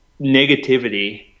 negativity